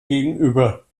gegenüber